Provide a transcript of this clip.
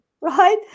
right